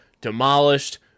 demolished